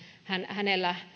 hänellä